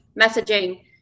messaging